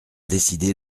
décidé